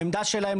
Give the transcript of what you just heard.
העמדה שלהם,